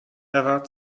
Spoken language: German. war